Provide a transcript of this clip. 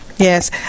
Yes